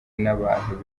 n’abantu